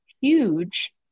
huge